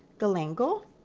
galangal,